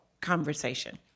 conversation